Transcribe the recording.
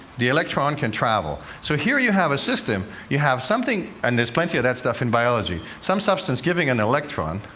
the electron can travel. so here you have a system, you have something and there's plenty of that stuff in biology some substance giving an electron,